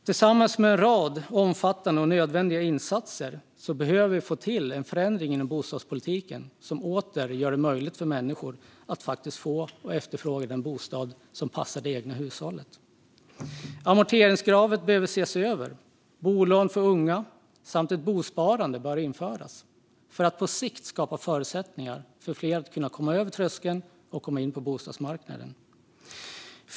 Tillsammans med en rad andra omfattande och nödvändiga insatser behöver vi få till en förändring inom bostadspolitiken som åter gör det möjligt för människor att faktiskt efterfråga och få en bostad som passar det egna hushållet. Amorteringskravet behöver ses över. Bolån för unga och ett bosparande bör införas för att på sikt skapa förutsättningar för fler att komma över tröskeln och komma in på bostadsmarknaden.